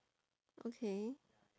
okay